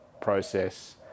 process